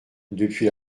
depuis